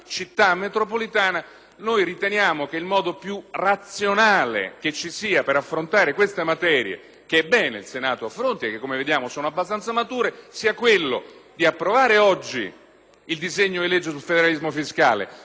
Riteniamo che il modo più razionale per affrontare questa materia, che è bene il Senato affronti - e come vediamo i tempi sono abbastanza maturi - sia quello di approvare oggi il disegno di legge sul federalismo fiscale, ma di approvare